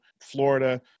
Florida